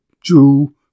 Jew